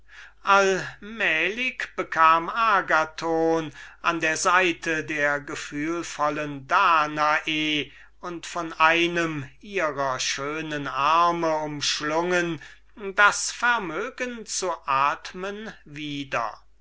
allmählich bekam agathon an der seite der gefühlvollen danae und von einem ihrer schönen arme umschlungen das vermögen zu atmen wieder